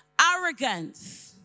arrogance